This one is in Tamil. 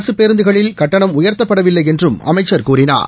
அரசு பேருந்துகளில் கட்டணம் உயர்த்தப்படவில்லை என்றும் அமைச்சர் கூறினார்